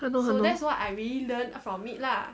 !hannor! !hannor!